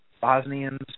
Bosnians